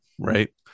right